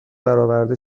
برآورده